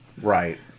Right